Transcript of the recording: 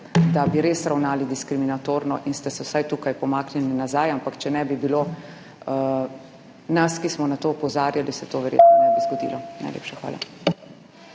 delo, res ravnali diskriminatorno in ste se vsaj tukaj pomaknili nazaj. Ampak če ne bi bilo nas, ki smo na to opozarjali, se to verjetno ne bi zgodilo. Najlepša hvala.